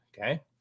Okay